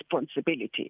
responsibility